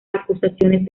acusaciones